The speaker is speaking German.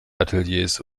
ateliers